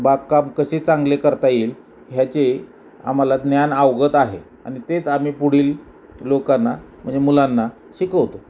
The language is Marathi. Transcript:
बागकाम कसे चांगले करता येईल ह्याचे आम्हाला ज्ञान अवगत आहे आणि तेच आम्ही पुढील लोकांना म्हणजे मुलांना शिकवतो